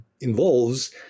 involves